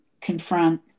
confront